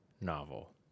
novel